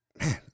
Man